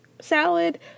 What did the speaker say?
salad